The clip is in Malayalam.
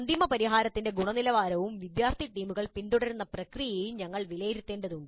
അന്തിമ പരിഹാരത്തിന്റെ ഗുണനിലവാരവും വിദ്യാർത്ഥി ടീമുകൾ പിന്തുടരുന്ന പ്രക്രിയയും ഞങ്ങൾ വിലയിരുത്തേണ്ടതുണ്ട്